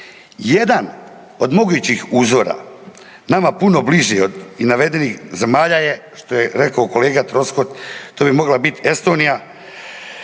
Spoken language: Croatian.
Jedan od mogućih uzora nama puno bliži od i navedenih zemalja je što je rekao kolega Troskot to bi mogla biti Estonija